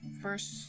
first